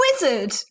wizard